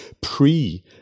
pre